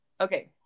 okay